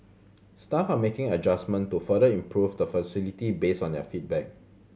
staff are making adjustment to further improve the facility based on their feedback